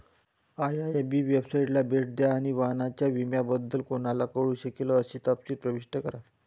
IIB वेबसाइटला भेट द्या आणि वाहनाच्या विम्याबद्दल कोणाला कळू शकेल असे तपशील प्रविष्ट करा